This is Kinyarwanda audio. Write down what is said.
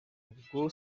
ubwo